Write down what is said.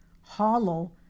hollow